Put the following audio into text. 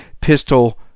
pistol